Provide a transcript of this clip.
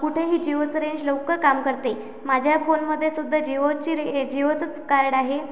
कुठेही जिओचं रेंज लवकर काम करते माझ्या फोनमध्ये सुद्धा जिओची रे जिओचंच कार्ड आहे